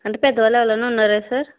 అంటే పెద్ద వాళ్ళు ఎవరైనా ఉన్నారా సార్